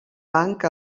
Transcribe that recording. banc